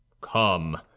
come